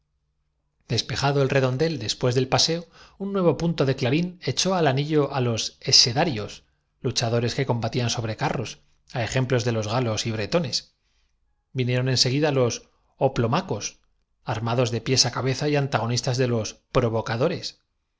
despejado el redondel después del paseo un nuevo cuando los picadores prueban las puyas sobre la valla punto de clarín echó al anillo á los essedarios lucha dores que al que daban el nombre de proeeludere ventilare pero combatían sobre carros á ejemplo de los era necesario andar galos y bretones vinieron en seguida los hoplomcicos muy listos en esta operación armados de piés á cabeza y antagonistas de los provo